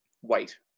white